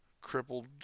crippled